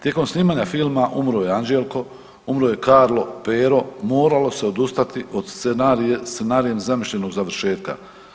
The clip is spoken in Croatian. Tijekom snimanja filma umro je Anđelko, umro je Karlo, Pero, moralo se odustati od scenarijem zamišljenog završetka.